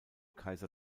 kaiser